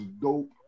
dope